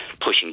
pushing